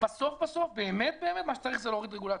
בסוף ובאמת, מה שצריך זה להוריד רגולציות.